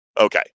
Okay